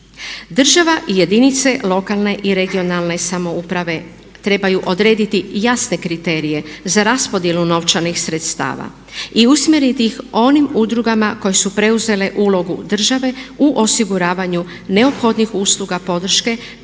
Država i jedinice lokalne i regionalne samouprave trebaju odrediti jasne kriterije za raspodjelu novčanih sredstava i usmjeriti ih onim udrugama koje su preuzele ulogu države u osiguravanju neophodnih usluga podrške